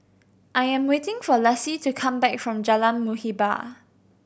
I am waiting for Lassie to come back from Jalan Muhibbah